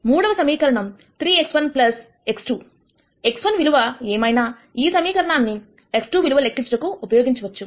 మూడవ సమీకరణం 3x1 x2 x1 విలువ ఏమైనా ఈ సమీకరణాన్ని x2 విలువ లెక్కించుటకు ఉపయోగించవచ్చు